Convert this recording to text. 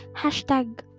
Hashtag